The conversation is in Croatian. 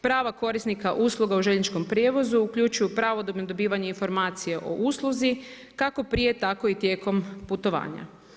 Prava korisnika usluga u željezničkom prijevozu uključuju pravodobno dobivanje informacije o usluzi kako prije tako i tijekom putovanja.